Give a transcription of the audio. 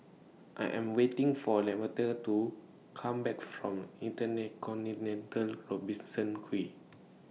I Am waiting For Lamonte to Come Back from Robertson Quay